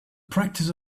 practice